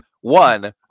one